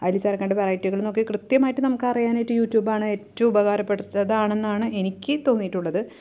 അതിൽ ചേര്ക്കേണ്ട വെറൈറ്റികള് നോക്കി കൃത്യമായിട്ട് നമുക്ക് അറിയാനായിട്ട് യുടൂബ് ആണ് ഏറ്റവും ഉപകാരപ്രദമാണെന്നാണ് എനിക്ക് തോന്നിയിട്ടുള്ളത്